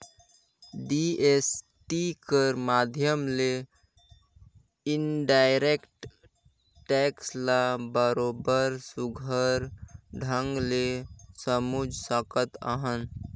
GST कर माध्यम ले इनडायरेक्ट टेक्स ल बरोबेर सुग्घर ढंग ले समुझ सकत अहन